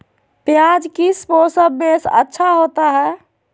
प्याज किस मौसम में अच्छा होता है?